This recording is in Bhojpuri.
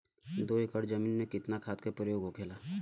दो एकड़ जमीन में कितना खाद के प्रयोग होखेला?